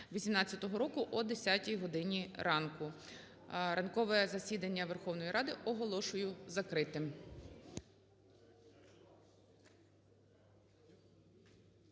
18-го року, о 10 годині ранку. Ранкове засідання Верховної Ради оголошую закритим.